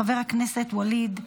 חבר הכנסת ואליד אלהואשלה,